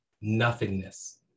nothingness